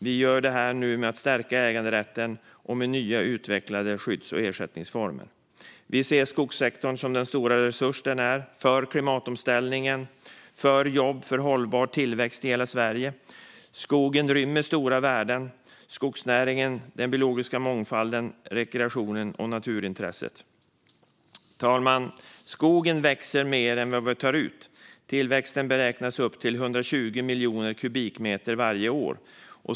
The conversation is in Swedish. Vi gör nu detta genom att stärka äganderätten och använda nya och utvecklade skydds och ersättningsformer. Vi ser skogssektorn som den stora resurs den är för klimatomställningen, för jobb och för hållbar tillväxt i hela Sverige. Skogen rymmer stora värden: skogsnäringen, den biologiska mångfalden, rekreationen och naturintresset. Fru talman! Skogen växer mer än vad vi tar ut. Tillväxten beräknas vara upp till 120 miljoner kubikmeter varje år.